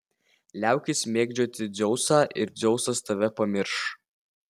liaukis mėgdžioti dzeusą ir dzeusas tave pamirš